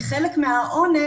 כחלק מהעונש,